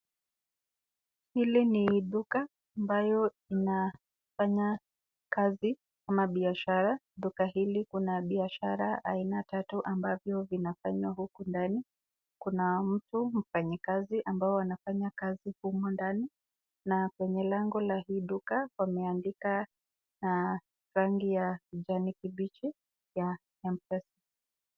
Hili ni duka ambayo inafanya kazi ama biashara . Duka hili kuna biashara aina tatu ambavyo vinafanywa huku ndani . Kuna mtu mfanyikazi ambao anafanya kazi humo ndani. Na kwenye lango la hili duka wameandika na rangi ya kijani kibichi ya Mpesa.